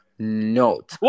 Note